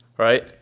Right